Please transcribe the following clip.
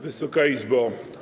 Wysoka Izbo!